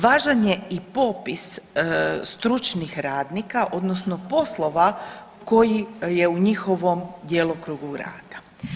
Važan je i popis stručnih radnika odnosno poslova koji je u njihovom djelokrugu rada.